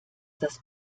das